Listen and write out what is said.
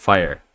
Fire